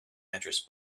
address